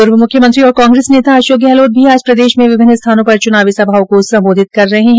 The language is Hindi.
पूर्व मुख्यमंत्री और कांग्रेस नेता अशोक गहलोत भी आज प्रदेश में विभिन्न स्थानों पर चुनावी सभाओं को संबोधित कर रहे है